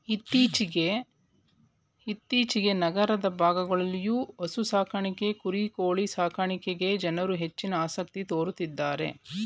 ಇತ್ತೀಚೆಗೆ ನಗರ ಭಾಗಗಳಲ್ಲಿಯೂ ಹಸು ಸಾಕಾಣೆ ಕುರಿ ಕೋಳಿ ಸಾಕಣೆಗೆ ಜನರು ಹೆಚ್ಚಿನ ಆಸಕ್ತಿ ತೋರುತ್ತಿದ್ದಾರೆ